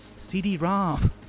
CD-ROM